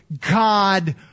God